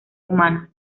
humana